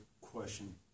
question